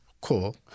cool